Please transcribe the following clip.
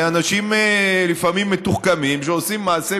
אלה אנשים לפעמים מתוחכמים שעושים מעשי